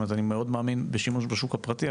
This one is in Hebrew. אני מאוד מאמין בשימוש בשוק הפרטי,